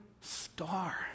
star